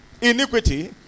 iniquity